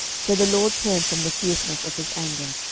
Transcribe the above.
so the lord turned from the fierceness of his anger.